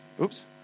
Oops